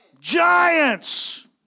Giants